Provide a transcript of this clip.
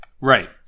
right